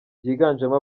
byiganjemo